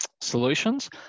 solutions